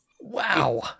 Wow